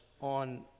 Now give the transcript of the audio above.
on